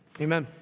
amen